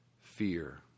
fear